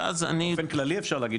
ואז אני --- באופן כללי אפשר להגיד